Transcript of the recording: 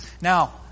Now